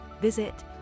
visit